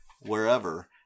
wherever